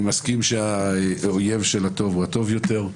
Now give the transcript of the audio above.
אני מסכים שהאויב של הטוב, הוא הטוב יותר.